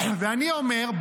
אני אומר,